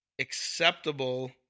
acceptable